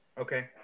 Okay